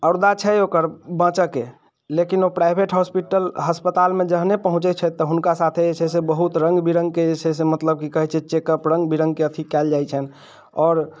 औरदा छै ओकर बचऽके लेकिन ओ प्राइवेट हॉस्पिटल अस्पतालमे जहने पहुँचै छथि तऽ हुनका साथ जे छै से बहुत रङ्ग बिरङ्गके जे छै से मतलब की कहै छै चेकअप रङ्ग बिरङ्गके अथी कयल जाइ छनि आओर